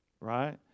Right